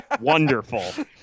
wonderful